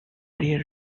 rear